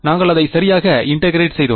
நாங்கள் அதை சரியாக இன்டெகிரேட் செய்தோம்